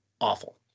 awful